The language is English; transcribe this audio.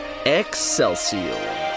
Excelsior